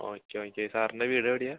ഓ ചോദിക്ക് സാറിൻ്റെ വീടെവിടെയാണ്